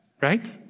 Right